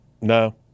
No